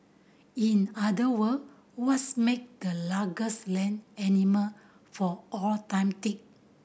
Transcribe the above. in other word what's make the largest land animal for all time tick